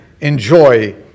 enjoy